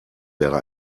wäre